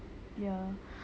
ya